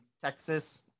Texas